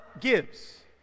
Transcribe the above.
gives